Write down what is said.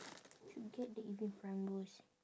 should get the evening primrose